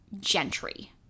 gentry